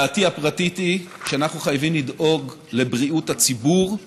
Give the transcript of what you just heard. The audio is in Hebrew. דעתי הפרטית היא שאנחנו חייבים לדאוג לבריאות הציבור.